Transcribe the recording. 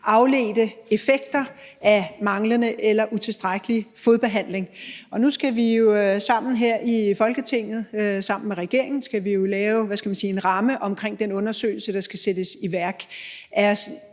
afledte effekter af manglende eller utilstrækkelig fodbehandling. Og nu skal vi jo alle her i Folketinget sammen med regeringen lave en ramme for den undersøgelse, der skal sættes i værk.